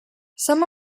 some